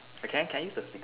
okay can use the